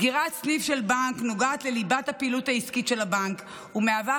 בנק נוגעת לליבת הפעילות העסקית של הבנק ומהווה